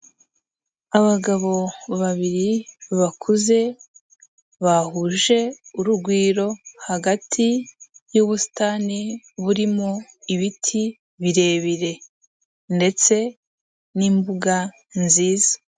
Abagabo babiri bakuze bahuje urugwiro, hagati y'ubusitani burimo ibiti birebire ndetse n'imbuga nziza.